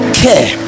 care